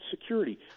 security